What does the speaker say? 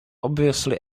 obviously